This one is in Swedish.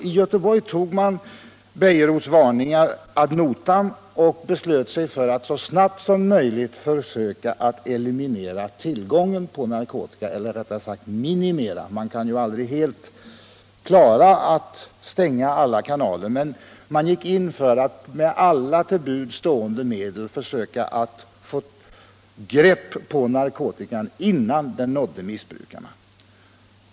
I Göteborg tog man alltså Bejerots varning ad notam och beslöt sig för att så snabbt som möjligt försöka eliminera tillgången på narkotika — eller rättare sagt att minimera tillgången; man kan ju aldrig helt effektivt stänga alla kanaler. Man gick in för att med alla till buds stående medel försöka få ett grepp på befintlig narkotika innan den nådde missbrukarna.